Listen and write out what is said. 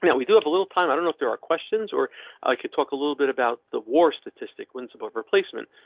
yeah we do have a little time. i don't there are questions or i could talk a little bit about the war statistic wins above replacement,